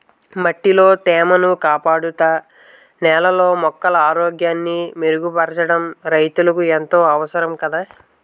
మట్టిలో తేమను కాపాడుతూ, నేలలో మొక్కల ఆరోగ్యాన్ని మెరుగుపరచడం రైతులకు ఎంతో అవసరం కదా